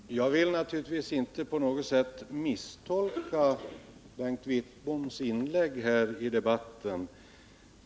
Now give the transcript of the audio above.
Herr talman! Jag vill naturligtvis inte på något sätt misstolka Bengt Wittboms inlägg här i debatten.